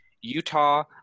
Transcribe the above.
Utah